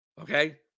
Okay